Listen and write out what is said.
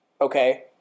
Okay